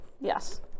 Yes